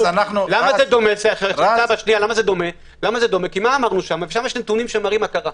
למה זה דומה כי שם יש נתונים שמראים מה קרה.